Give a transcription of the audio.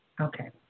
Okay